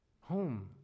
Home